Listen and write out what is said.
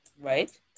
Right